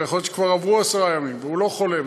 אבל יכול להיות שכבר עברו עשרה ימים והוא לא חולה,